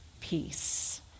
peace